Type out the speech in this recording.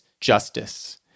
justice